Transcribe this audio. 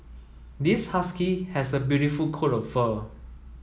this husky has a beautiful coat of fur